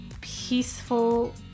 peaceful